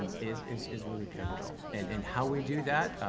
is. is is really pivotal. an and how we do that,